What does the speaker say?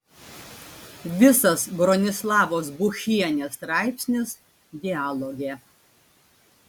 visas bronislavos buchienės straipsnis dialoge